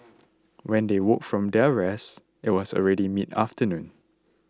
when they woke up from their rest it was already midafternoon